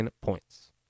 points